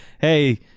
hey